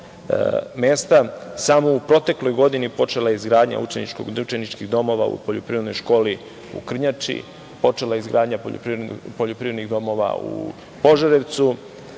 Samo u protekloj godini počela je izgradnja učeničkih domova u poljoprivrednoj školi u Krnjači. Počela je izgradnja poljoprivrednih domova u Požarevcu